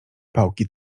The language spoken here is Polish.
pałki